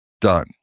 Done